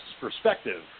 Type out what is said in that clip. perspective